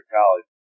college